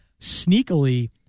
sneakily